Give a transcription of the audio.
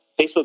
Facebook